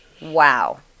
Wow